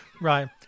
Right